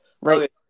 Right